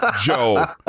Joe